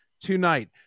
Tonight